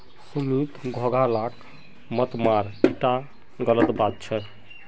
सुमित घोंघा लाक मत मार ईटा गलत बात छ